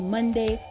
Monday